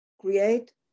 create